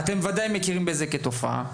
אתם ודאי מכירים בזה כתופעה.